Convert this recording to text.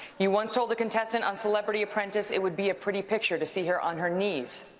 you once told a contestant on celebrity apprentice it would be a pretty picture to see her on her knees.